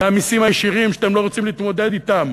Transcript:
והמסים הישירים שאתם לא רוצים להתמודד אתם,